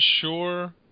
sure